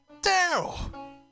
Daryl